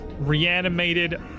reanimated